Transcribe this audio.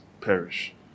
perish